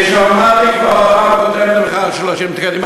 אני שמעתי כבר בפעם הקודמת שבמכרז 30 תקנים.